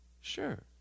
Sure